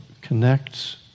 connects